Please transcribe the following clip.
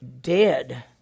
dead